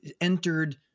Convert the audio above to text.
entered